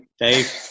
Dave